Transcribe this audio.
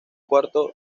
cuarto